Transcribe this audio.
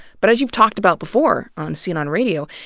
but as you've talked about before on scene on radio,